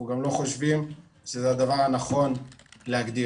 אנחנו גם לא חושבים שזה הדבר הנכון להגדיר.